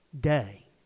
day